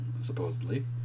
supposedly